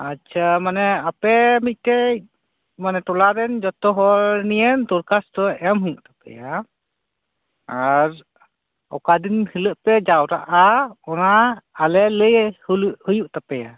ᱟᱪᱪᱷᱟ ᱢᱟᱱᱮ ᱟᱯᱮ ᱢᱤᱫ ᱴᱮᱡ ᱢᱟᱱᱮ ᱴᱚᱞᱟ ᱨᱮᱱ ᱡᱚᱛᱚ ᱦᱚᱲ ᱱᱤᱭᱮ ᱫᱚᱨᱠᱟᱥᱛᱚ ᱮᱢ ᱦᱩᱭᱩᱜ ᱛᱟᱯᱮᱭᱟ ᱟᱨ ᱚᱠᱟ ᱫᱤᱱ ᱦᱤᱞᱟᱹᱜ ᱯᱮ ᱡᱟᱣᱨᱟᱜ ᱟ ᱚᱱᱟ ᱟᱞᱮ ᱞᱟᱹᱭ ᱦᱩᱞ ᱦᱩᱭᱩᱜ ᱛᱟᱯᱮᱭᱟ